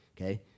okay